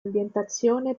ambientazione